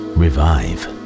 revive